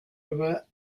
river